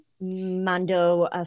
Mando